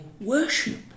worship